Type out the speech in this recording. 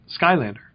Skylander